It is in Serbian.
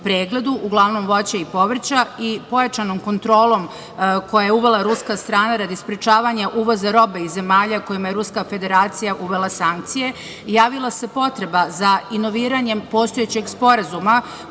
uglavnom voća i povrća i pojačanom kontrolom koju je uvela ruska strana radi sprečavanja uvoza robe iz zemalja kojima je Ruska Federacija uvela sankcije, javila se potreba za inoviranjem postojećeg Sporazuma